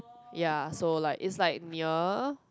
ya so like it's like near